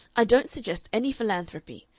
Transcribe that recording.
i don't suggest any philanthropy.